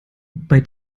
bei